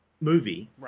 movie